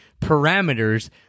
parameters